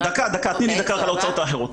תני לי דקה על ההוצאות האחרות.